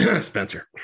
Spencer